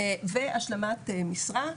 והשלמת משרה.